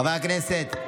חברי הכנסת,